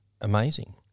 amazing